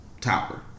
tower